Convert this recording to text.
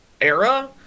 era